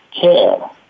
care